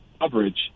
coverage